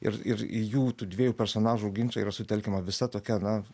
ir ir jų tų dviejų personažų ginčai yra sutelkiama visa tokia na